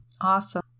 Awesome